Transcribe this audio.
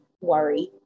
worry